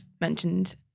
mentioned